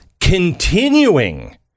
continuing